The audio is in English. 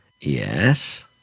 Yes